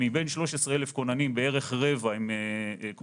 אם מבין 13 אלף כוננים בערך רבע הם כונני